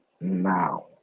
now